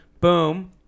Boom